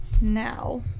Now